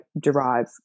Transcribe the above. derive